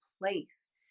place